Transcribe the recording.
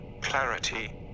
clarity